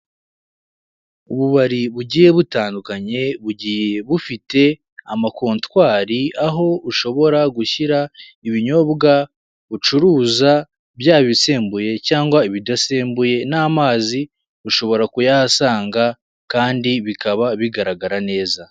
Ububari bugiye butandukanye, bugiye bufite amakotwari aho ushobora gushyira ibinyobwa ucuruza byaba ibisembuye cyangwa ibidasembuye n'amazi ushobora kuyahasanga kandi bikaba bigaragara neza.